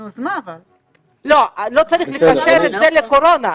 לא צריך לקשר את זה לקורונה.